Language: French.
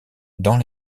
dans